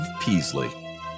Peasley